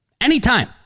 anytime